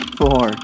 four